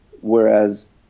whereas